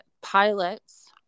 pilots